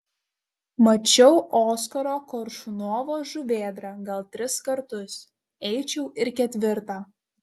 mačiau oskaro koršunovo žuvėdrą gal tris kartus eičiau ir ketvirtą